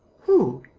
who?